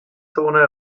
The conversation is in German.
zone